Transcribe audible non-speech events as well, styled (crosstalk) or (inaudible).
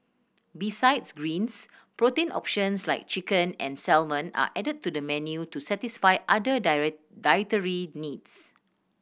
besides greens protein options like chicken and salmon are added to the menu to satisfy other (unintelligible) dietary needs